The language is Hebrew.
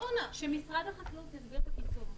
שמשרד החקלאות יסביר את הפיצוי.